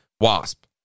Wasp